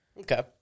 Okay